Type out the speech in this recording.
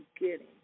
beginning